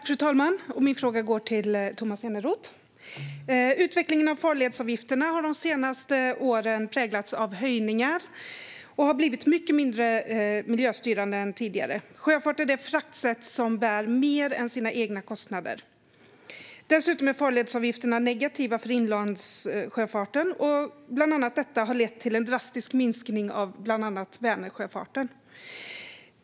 Fru talman! Min fråga går till Tomas Eneroth. Farledsavgifterna har de senaste åren präglats av höjningar och har blivit mycket mindre miljöstyrande än tidigare. Sjöfart är det fraktsätt som bär mer än sina egna kostnader. Farledsavgifterna är dessutom negativa för inlandssjöfarten. Bland annat detta har lett till en drastisk minskning av till exempel Vänersjöfarten.